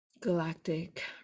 galactic